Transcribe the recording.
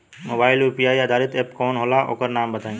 Mobile म UPI आधारित app कौन होला ओकर नाम बताईं?